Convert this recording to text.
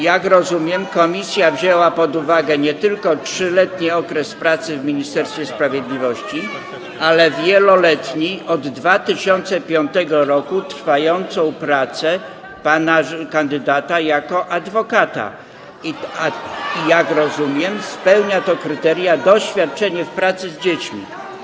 Jak rozumiem, komisja wzięła pod uwagę nie tylko 3-letni okres pracy w Ministerstwie Sprawiedliwości, ale też wieloletnią, trwającą od 2005 r. pracę pana kandydata jako adwokata i jak rozumiem, spełnia to kryteria doświadczenia w pracy z dziećmi.